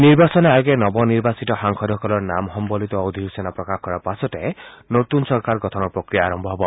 নিৰ্বাচন আয়োগে নৱ নিৰ্বাচিত সাংসদসকলৰ নাম সম্বলিত অধিসূচনা প্ৰকাশ কৰাৰ পাছতে নতুন চৰকাৰ গঠনৰ প্ৰক্ৰিয়াও আৰম্ভ হব